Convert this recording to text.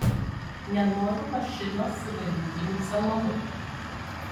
nenoriu mašinos su veliūriniu salonu